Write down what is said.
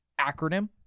acronym